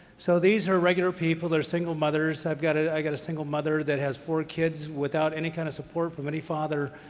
so these are regular people. they're single mothers. i've got ah i've got a single mother that has four kids without any kind of support from any father.